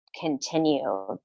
Continue